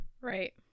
right